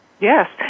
yes